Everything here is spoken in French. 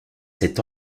cet